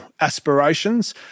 aspirations